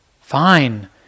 fine